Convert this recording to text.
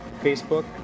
Facebook